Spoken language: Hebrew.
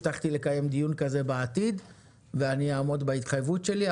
הבטחתי לקיים דיון כזה בעתיד ואני אעמוד בהתחייבות שלי,